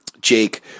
Jake